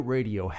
Radio